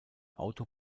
auto